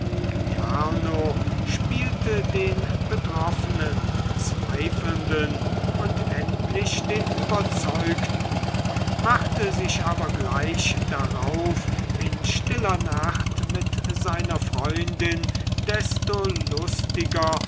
jarno spielte den betroffenen zweifelnden und endlich den überzeugten machte sich aber gleich darauf in stiller nacht mit seiner freundin desto lustiger